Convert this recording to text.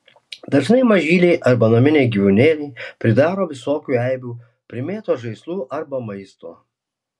dažnai mažyliai arba naminiai gyvūnėliai pridaro visokių eibių primėto žaislų arba maisto